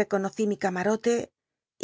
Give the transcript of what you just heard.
reconocí mi cam uote